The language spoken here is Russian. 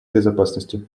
безопасности